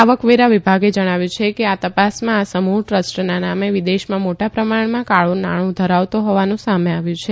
આવકવેરા વિભાગે જણાવ્યું છે કે આ તપાસમાં આ સમૂહ ટ્રસ્ટના નામે વિદેશમાં મોટા પ્રમાણમાં કાળુ નાણું ધરાવતો હોવાનું સામે આવ્યું છે